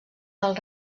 del